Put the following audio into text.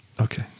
Okay